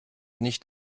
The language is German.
nicht